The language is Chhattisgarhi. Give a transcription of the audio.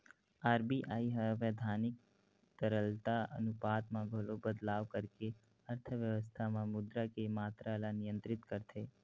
आर.बी.आई ह बैधानिक तरलता अनुपात म घलो बदलाव करके अर्थबेवस्था म मुद्रा के मातरा ल नियंत्रित करथे